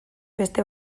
beste